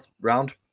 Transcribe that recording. round